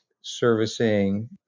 servicing